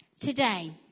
Today